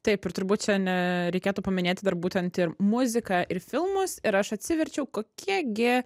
taip ir turbūt čia ne reikėtų paminėti dar būtent ir muziką ir filmus ir aš atsiverčiau kokie gi